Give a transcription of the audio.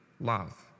love